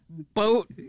Boat